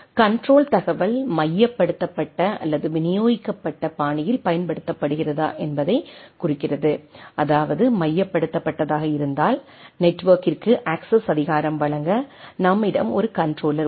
control தகவல் மையப்படுத்தப்பட்ட அல்லது விநியோகிக்கப்பட்ட பாணியில் பயன்படுத்தப்படுகிறதா என்பதைக் குறிக்கிறது அதாவது மையப்படுத்தப்பட்டதாக இருந்தால் நெட்வொர்க்கிற்கு அக்சஸ் அதிகாரம் வழங்க நம்மிடம் ஒரு கண்ட்ரோலர் உள்ளது